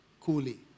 coolly